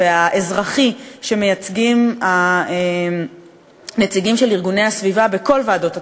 והאזרחי שמייצגים נציגים של ארגוני הסביבה בכל ועדות התכנון,